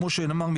כמו שנאמר,